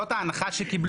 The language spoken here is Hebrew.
זאת ההנחה שקיבלו.